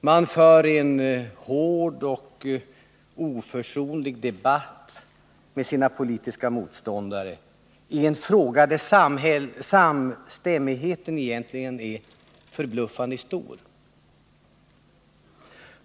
Man för en hård och oförsonlig debatt med sina politiska motståndare i en fråga där samstämmigheten egentligen är förbluffande stor.